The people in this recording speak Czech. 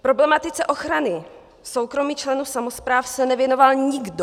Problematice ochrany soukromí členů samospráv se nevěnoval nikdo.